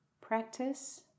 practice